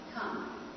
Come